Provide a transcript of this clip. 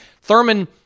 Thurman